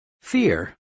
Fear